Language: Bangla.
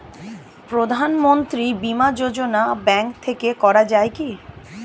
প্রধানমন্ত্রী বিমা যোজনা ব্যাংক থেকে করা যায় কি?